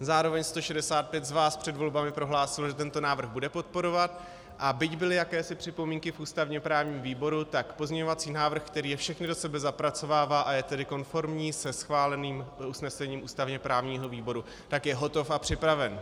Zároveň 165 z vás před volbami prohlásilo, že tento návrh bude podporovat, a byť byly jakési připomínky v ústavněprávním výboru, tak pozměňovací návrh, který je všechny do sebe zapracovává, a je tedy konformní se schváleným usnesením ústavněprávního výboru, je hotov a připraven.